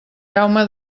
jaume